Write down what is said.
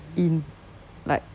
in like